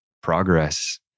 progress